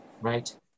Right